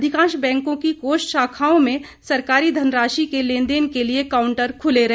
अधिकांश बैंकों की कोष शाखाओं में सरकारी धनराशि के लेनदेन के लिए कांउटर खुले रहे